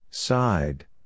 Side